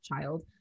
child